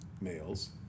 males